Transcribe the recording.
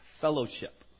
fellowship